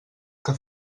que